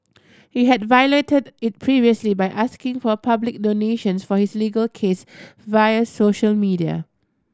he had violated it previously by asking for public donations for his legal case via social media